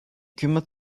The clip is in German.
kümmert